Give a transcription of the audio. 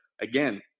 again